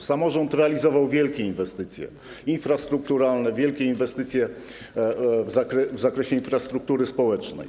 Samorząd realizował wielkie inwestycje infrastrukturalne, wielkie inwestycje w zakresie infrastruktury społecznej.